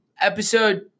episode